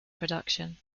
production